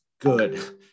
good